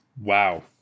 Wow